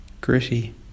gritty